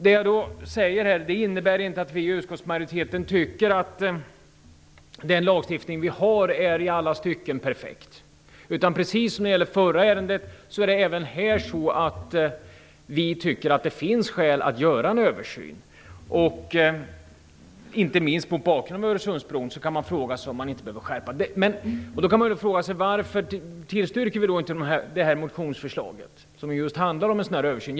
Det som jag nu har sagt innebär inte att vi i utskottsmajoriteten anser att den lagstiftning som vi har i alla stycken är perfekt. Precis som när det gällde det förra ärendet anser vi även här att det finns skäl att göra en översyn. Inte minst mot bakgrund av Öresundsbron kan man fråga sig om man inte behöver genomföra en skärpning. Då kan man fråga sig: Varför tillstyrker vi då inte motionsförslaget, som handlar just om en översyn?